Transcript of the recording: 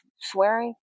swearing